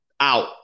Out